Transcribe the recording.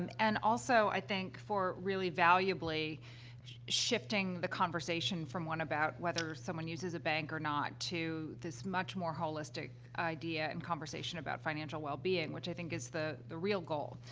and and also, i think, for really valuably shifting the conversation from one about whether someone uses a bank or not to this much more holistic idea and conversation about financial wellbeing, which, i think, is the the real goal.